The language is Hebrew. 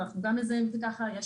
אנחנו גם מזהים את זה כך.